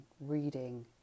reading